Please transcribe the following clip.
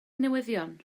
newyddion